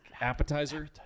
Appetizer